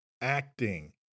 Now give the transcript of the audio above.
acting